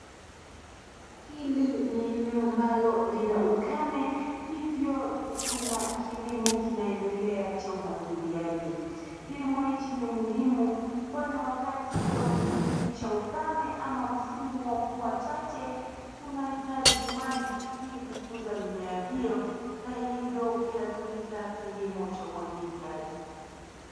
Eneo hili ni eneo ambalo lina ukame, hivyo kuna kilimo kinaendelea cha umwagiliaji. Kilimo hiki ni muhimu kwani wakati wa kipindi cha ukame ama msimu wa mvua chache kunahitaji maji ili kukuza mimea hiyo na hivyo kinatumika kilimo cha umwagiliaji.